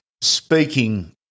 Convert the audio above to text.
Speaking